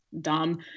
dumb